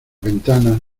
ventanas